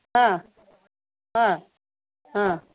हां हां हां